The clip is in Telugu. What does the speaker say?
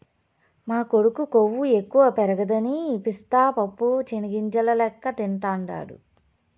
మా కొడుకు కొవ్వు ఎక్కువ పెరగదని పిస్తా పప్పు చెనిగ్గింజల లెక్క తింటాండాడు